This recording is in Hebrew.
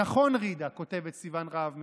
"נכון, ג'ידא", כותבת סיוון רהב מאיר,